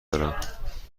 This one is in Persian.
دارم